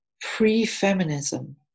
pre-feminism